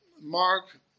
Mark